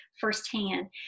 firsthand